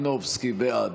ומלינובסקי, בעד.